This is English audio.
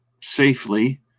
safely